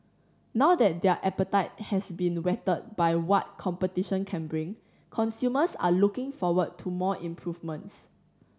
now that their appetite has been whetted by what competition can bring consumers are looking forward to more improvements